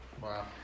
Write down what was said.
Wow